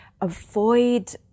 Avoid